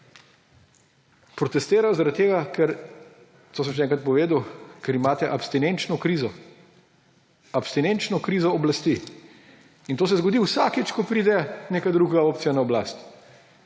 že enkrat povedal, ker imate abstinenčno krizo, abstinenčno krizo oblasti. In to se zgodi vsakič, ko pride neka druga opcija na oblast.